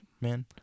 man